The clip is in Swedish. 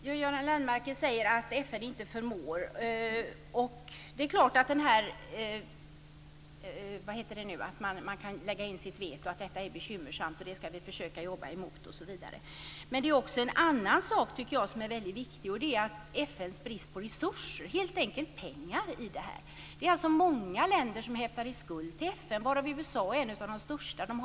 Fru talman! Göran Lennmarker säger att FN inte "förmår". Det är klart att det är bekymmersamt att man kan inlägga veto, och vi skall försöka jobba mot det. Men det finns också en annan sak som jag tycker är väldigt viktig. Det gäller då FN:s brist på resurser - ja, helt enkelt pengar. Det är många länder som häftar i skuld till FN. USA är ett av de länder som har den största skulden.